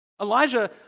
Elijah